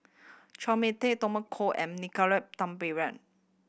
Chua Mia Tee Tommy Koh and Nicolette Teo